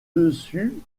dessus